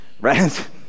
right